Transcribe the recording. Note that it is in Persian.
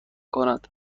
کند